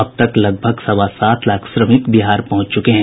अब तक लगभग सवा सात लाख श्रमिक बिहार पहुंच चुके हैं